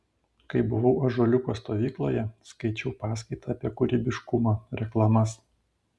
kai buvau ąžuoliuko stovykloje skaičiau paskaitą apie kūrybiškumą reklamas